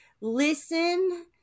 listen